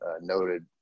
noted